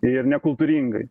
ir nekultūringai